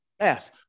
Yes